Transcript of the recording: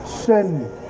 Sin